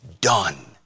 done